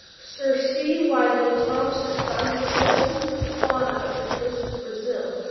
sir c. wyville thomson found that the specimens of the fauna of the coast of brazil,